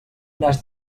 nas